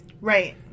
Right